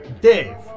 Dave